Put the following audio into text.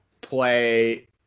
play